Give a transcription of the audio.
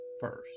first